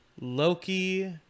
Loki